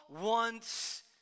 wants